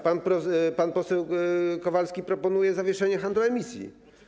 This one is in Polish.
Pan poseł Kowalski proponuje zawieszenie handlu emisjami.